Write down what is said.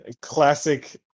Classic